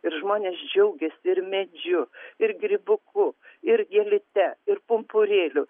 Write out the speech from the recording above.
ir žmonės džiaugiasi ir medžiu ir grybuku ir gėlyte ir pumpurėliu